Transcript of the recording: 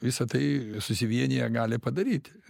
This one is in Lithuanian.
visa tai susivieniję gali padaryti